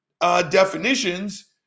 definitions